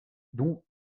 dont